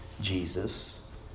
Jesus